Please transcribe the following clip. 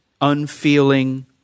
unfeeling